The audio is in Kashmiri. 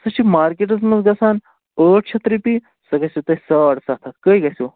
سُہ چھُ مارکٮ۪ٹَس منٛز گَژھان ٲٹھ شَتھ رۄپیہِ سُہ گَژھِوٕ تۄہہِ ساڑ سَتھ ہَتھ کٔہۍ گَژھیو